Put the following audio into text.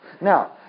Now